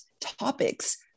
topics